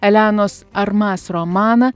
elenos armas romaną